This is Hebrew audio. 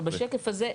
בשקף הזה,